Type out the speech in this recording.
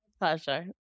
Pleasure